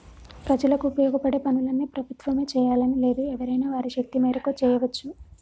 ప్రజలకు ఉపయోగపడే పనులన్నీ ప్రభుత్వమే చేయాలని లేదు ఎవరైనా వారి శక్తి మేరకు చేయవచ్చు